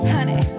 Honey